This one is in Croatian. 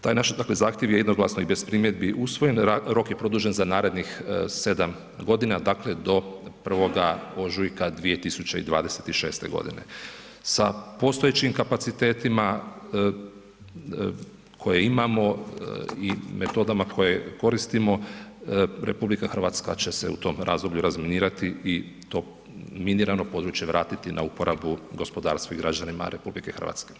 Taj je naš, dakle, zahtjev je jednoglasno i bez primjedbi usvojen, rok je produžen za narednih 7 g. dakle, do 1. ožujka 20126. g. Sa postojećim kapacitetima, koje imamo i metodama koje koristimo, RH, će se u tome razdoblju razminirati i to minirano područje vratiti na uporabu, gospodarstvu i građanima RH.